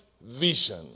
vision